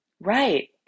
Right